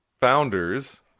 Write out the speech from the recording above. founders